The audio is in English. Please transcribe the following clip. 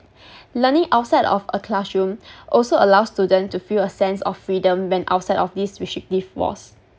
learning outside of a classroom also allows students to feel a sense of freedom when outside of these restrictive walls